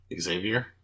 Xavier